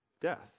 death